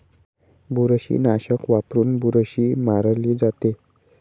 बुरशीनाशक वापरून बुरशी मारली जाते